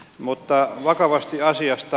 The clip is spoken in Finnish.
mutta vakavasti asiasta